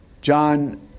John